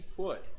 put